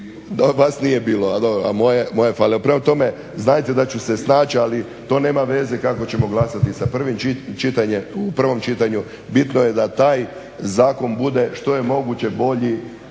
Vas nije bilo, dobro, moja je falila. Prema tome, znajte da ću se snaći ali to nema veze kako ćemo glasati u prvom čitanju, bitno je da taj zakon bude što je moguće bolje